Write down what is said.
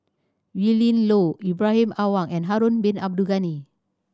Willin Low Ibrahim Awang and Harun Bin Abdul Ghani